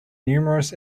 numerous